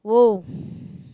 !woah!